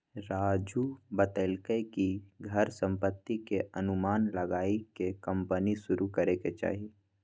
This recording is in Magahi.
राजू बतलकई कि घर संपत्ति के अनुमान लगाईये के कम्पनी शुरू करे के चाहि